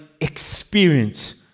experience